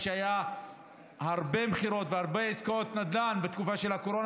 היו הרבה מכירות והרבה עסקאות נדל"ן בתקופה של קורונה,